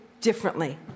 differently